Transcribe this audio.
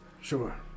Sure